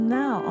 now